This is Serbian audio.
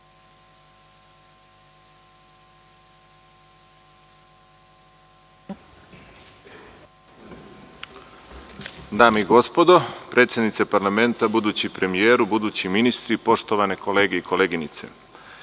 Dame i gospodo, predsednice parlamenta, budući premijeru, budući ministri, poštovane kolege i koleginice,